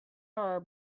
are